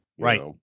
Right